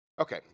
Okay